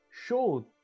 show